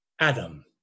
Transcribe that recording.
Adam